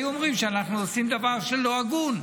היו אומרים שאנחנו עושים דבר שהוא לא הגון,